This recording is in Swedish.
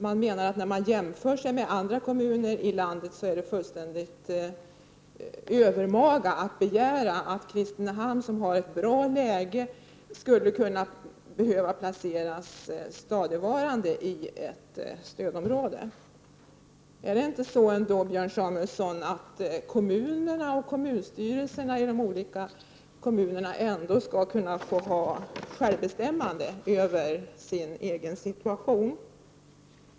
Man menade att när man jämför sig med andra kommuner i landet är det fullständigt övermaga att begära att Kristinehamn, som har ett bra läge, skulle behöva placeras stadigvarande i ett stödområde. Skall inte kommunerna och kommunstyrelserna i de olika länen, Björn Samuelson, kunna få ha självbestämmande över sin egen situation?